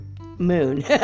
moon